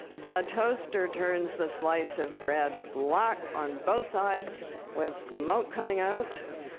the toaster turns the slice of bread black on both sides with smoke coming out.